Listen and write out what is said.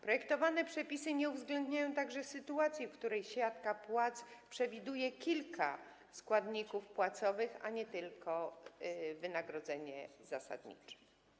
Projektowane przepisy nie uwzględniają także sytuacji, w której siatka płac przewiduje kilka składników płacowych, a nie tylko wynagrodzenie zasadnicze.